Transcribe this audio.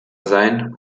sein